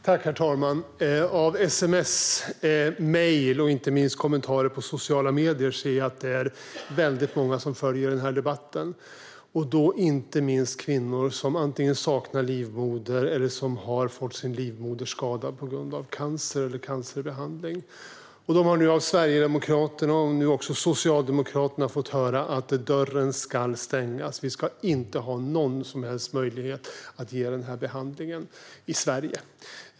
Herr talman! Av sms, mejl och inte minst kommentarer på sociala medier kan jag se att många följer debatten, inte minst kvinnor som antingen saknar livmoder eller som har fått sin livmoder skadad på grund av cancer eller cancerbehandling. De har av Sverigedemokraterna och nu också av Socialdemokraterna fått höra att dörren ska stängas. Det ska inte finnas någon som helst möjlighet att ge behandlingen i Sverige.